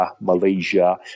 Malaysia